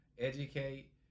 educate